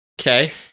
Okay